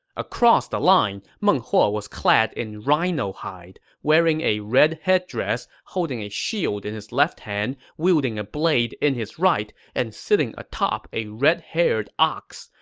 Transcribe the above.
across the line, meng huo was clad in rhino hide, wearing a red headdress, holding a shield in his left hand, wielding a blade in his right, and sitting atop a red-haired ox.